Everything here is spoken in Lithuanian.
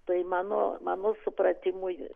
tai mano mano supratimu